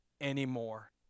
anymore